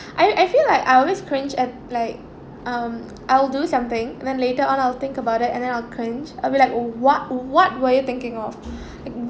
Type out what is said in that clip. I I feel like I always cringe at like um I'll do something then later on I'll think about it and then I'll cringe I'll be like what what were you thinking of like